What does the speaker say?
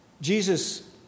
Jesus